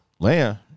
Leia